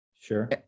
Sure